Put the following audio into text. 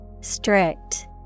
Strict